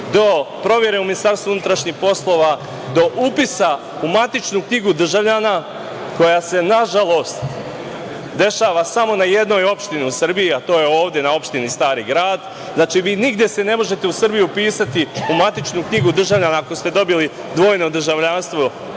do provere u Ministarstvu unutrašnjih poslova, do upisa u matičnu knjigu državljana koja se, nažalost, dešava samo na jednoj opštini u Srbiji, a to je ovde na opštini Stari grad. Znači, vi se nigde u Srbiji ne možete upisati u matičnu knjigu državljana ako ste dobili dvojno državljanstvo